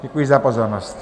Děkuji za pozornost.